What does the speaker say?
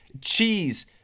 Cheese